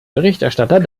berichterstatter